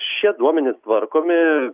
šie duomenys tvarkomi